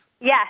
Yes